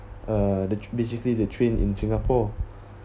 uh the basically the train in singapore